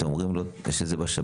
אתם אומרים לו יש את זה בשב"ן,